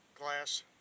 glass